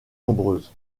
nombreuses